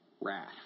wrath